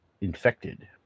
infected